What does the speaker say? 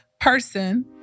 person